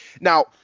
now